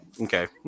Okay